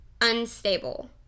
unstable